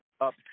up